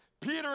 Peter